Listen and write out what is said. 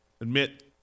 admit